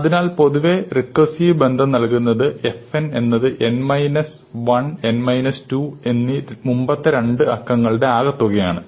അതിനാൽ പൊതുവേ റിക്കർസീവ് ബന്ധം നൽകുന്നത് fn എന്നത് n മൈനസ് 1 n മൈനസ് 2 എന്നീ മുമ്പത്തെ രണ്ട് അക്കങ്ങളുടെ ആകെത്തുകയാണ്